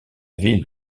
ville